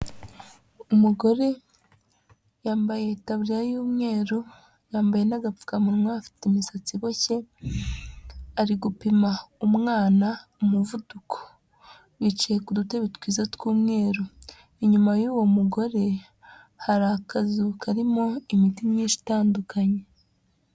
Umugore yambaye itaburiya y'umweru yambaye n'agapfukamunwa, afite imisatsi iboshye ari gupima umwana umuvuduko, yicaye ku dutebe twiza tw'umweru, inyuma y'uwo mugore hari akazu karimo imiti myinshi itandukanye.